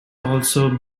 also